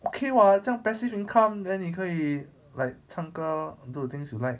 okay [what] 这样 passive income then 你可以 like 唱歌 do the things you like